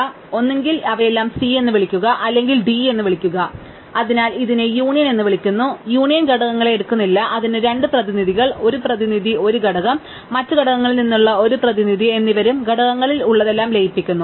അതിനാൽ ഒന്നുകിൽ അവയെല്ലാം c എന്ന് വിളിക്കുക അല്ലെങ്കിൽ d എന്ന് വിളിക്കുക അതിനാൽ ഇതിനെ യൂണിയൻ എന്ന് വിളിക്കുന്നു യൂണിയൻ ഘടകങ്ങളെ എടുക്കുന്നില്ല അതിന് രണ്ട് പ്രതിനിധികൾ ഒരു പ്രതിനിധി ഒരു ഘടകം മറ്റ് ഘടകങ്ങളിൽ നിന്നുള്ള ഒരു പ്രതിനിധി എന്നിവരും ഘടകങ്ങളിൽ ഉള്ളതെല്ലാം ലയിപ്പിക്കുന്നു